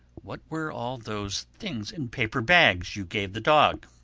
what were all those things in paper-bags you gave the dog?